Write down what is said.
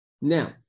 Now